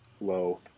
Low